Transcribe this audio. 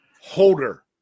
Holder